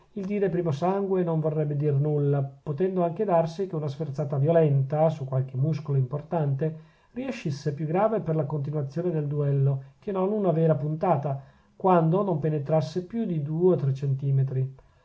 il dire primo sangue non vorrebbe dir nulla potendo anche darsi che una sferzata violenta su qualche muscolo importante riescisse più grave per la continuazione del duello che non una vera puntata quando non penetrasse più di due o tre centimetri